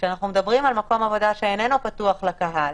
כשאנחנו מדברים על מקום עבודה שאיננו פתוח לקהל,